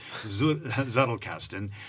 Zettelkasten